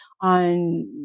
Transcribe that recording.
on